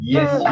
Yes